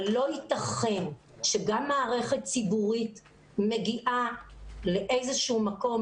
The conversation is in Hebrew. אבל לא יתכן שגם מערכת ציבורית מגיעה לאיזשהו מקום